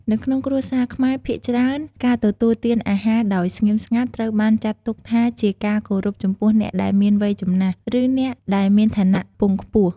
នៅក្នុងគ្រួសារខ្មែរភាគច្រើន ការទទួលទានអាហារដោយស្ងៀមស្ងាត់ត្រូវបានចាត់ទុកថាជាការគោរពចំពោះអ្នកដែលមានវ័យចំណាស់ ឬអ្នកដែលមានឋានៈខ្ពង់ខ្ពស់។